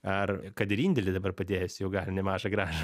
ar kad ir indėlį dabar padėjęs jau gali nemažą grąžą